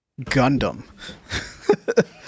Gundam